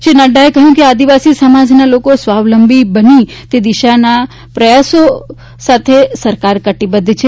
શ્રી નડ્રાએ કહ્યું કે આદિવાસી સમાજના લોકો સ્વાલંબી બની તે દિશાના પ્રયાસો સાથે સરકાર કટિબધ્ધ છે